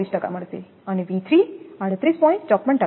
24 મળશે અને 38